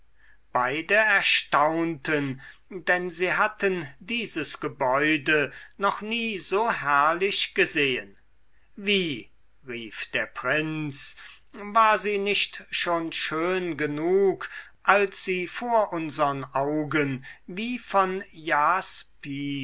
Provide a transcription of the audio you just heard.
beide erstaunten denn sie hatten dieses gebäude noch nie so herrlich gesehen wie rief der prinz war sie nicht schon schön genug als sie vor unsern augen wie von jaspis